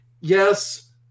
yes